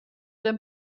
dem